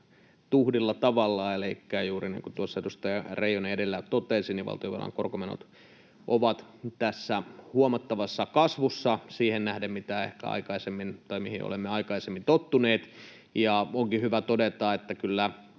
tuhdilla tavalla, elikkä juuri niin kuin tuossa edustaja Reijonen edellä totesi, valtionvelan korkomenot ovat huomattavassa kasvussa siihen nähden, mihin olemme aikaisemmin tottuneet. Onkin hyvä todeta, että kyllä